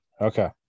okay